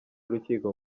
urukiko